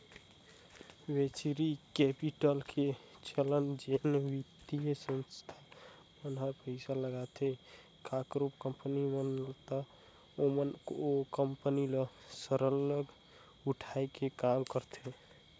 venture capital के चलत जेन बित्तीय संस्था मन हर पइसा लगाथे काकरो कंपनी मन में ता ओमन ओ कंपनी ल सरलग उठाए के काम करथे